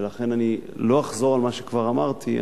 ולכן לא אחזור על מה שכבר אמרתי,